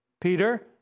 Peter